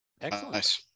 Excellent